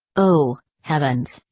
oh, heavens,